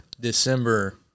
December